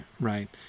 right